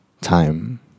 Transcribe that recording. Time